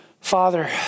Father